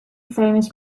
famous